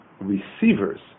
receivers